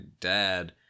dad